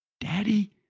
Daddy